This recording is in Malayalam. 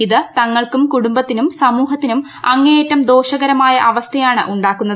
ഇത് തങ്ങൾക്കും കുടുംബത്തിനും സമൂഹത്തിനും അങ്ങേയറ്റം ദോഷകരമായ അവസ്ഥയാണ് ഉണ്ടാക്കുന്നത്